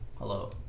Hello